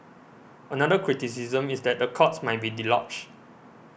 another criticism is that the courts might be deluged